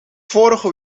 vorige